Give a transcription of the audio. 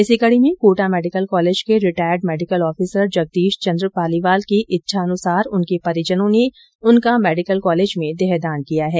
इसी कड़ी में कोटा मेडिकल कॉलेज के retired medical officer Jagdish Chandra Paliwal की इच्छानुसार उनके परिजनों ने उनका मेडिकल कॉलेज में देहदान किया है